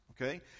Okay